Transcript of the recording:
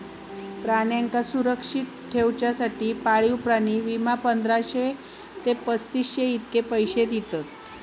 प्राण्यांका सुरक्षित ठेवच्यासाठी पाळीव प्राणी विमा, पंधराशे ते पस्तीसशे इतके पैशे दिता